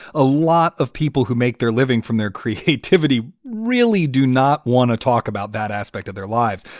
a lot of people who make their living from their creativity really do not want to talk about that aspect of their lives.